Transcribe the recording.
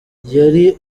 yari